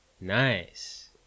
Nice